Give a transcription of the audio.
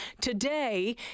Today